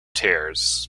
tears